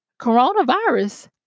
coronavirus